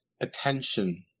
attention